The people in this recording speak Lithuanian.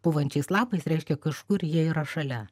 pūvančiais lapais reiškia kažkur jie yra šalia